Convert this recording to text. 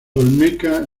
olmeca